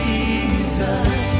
Jesus